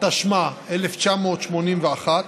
התשמ"א 1981,